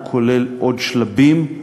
הוא כולל עוד שלבים.